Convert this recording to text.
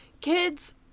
Kids